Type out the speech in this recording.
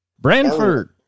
Branford